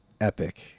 epic